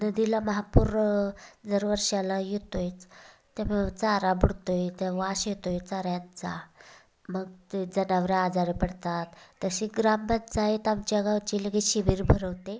नदीला महापूर दर वर्षाला येतोय त्यामुळं चारा बुडतो आहे इथं वास येतो आहे चाऱ्याचा मग ते जनावरं आजारी पडतात तशी ग्रामपंचायत आमच्या गावची लगेच शिबीर भरवते